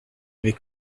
avait